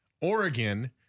Oregon